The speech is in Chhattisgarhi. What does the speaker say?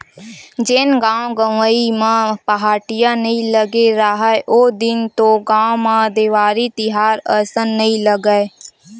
जेन गाँव गंवई म पहाटिया नइ लगे राहय ओ दिन तो गाँव म देवारी तिहार असन नइ लगय,